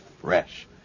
fresh